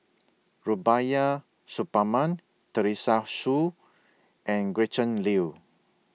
Rubiah Suparman Teresa Hsu and Gretchen Liu